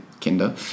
kinder